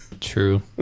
true